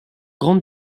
grande